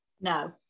no